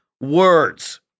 words